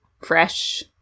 fresh